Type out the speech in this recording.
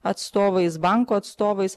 atstovais banko atstovais